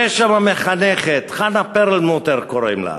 ויש שם מחנכת, חנה פרלמוטר קוראים לה.